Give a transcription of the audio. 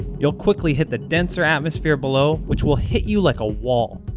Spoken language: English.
you'll quickly hit the denser atmosphere below, which will hit you like a wall.